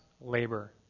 labor